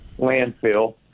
landfill